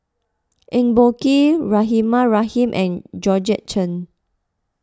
Eng Boh Kee Rahimah Rahim and Georgette Chen